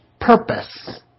purpose